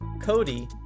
Cody